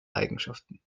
eigenschaften